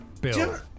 bill